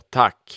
tack